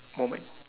moment